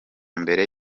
mbere